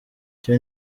cyo